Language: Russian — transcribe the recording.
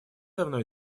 давно